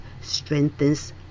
strengthens